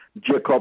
Jacob